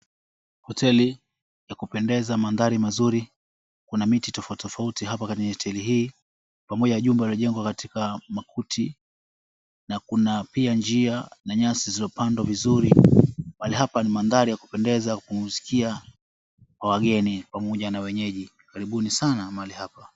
Hoteli ya kupendeza mandhari mazuri. Kuna miti tofauti tofauti hapa kwenye hoteli hii, pamoja na jumba lililojengwa katika makuti na kuna pia njia na nyasi zilizopandwa vizuri. Mahali hapa ni mandhari ya kupendeza kusikia kwa wageni pamoja na wenyeji. Karibuni sana mahali hapa.